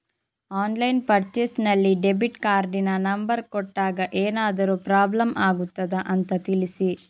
Online purchase ನಲ್ಲಿ debit ಕಾರ್ಡಿನ number ಕೊಟ್ಟಾಗ ಏನಾದರೂ ಪ್ರಾಬ್ಲಮ್ ಆಗುತ್ತದ ಅಂತ ತಿಳಿಸಿ?